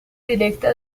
directa